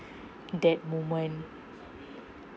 that moment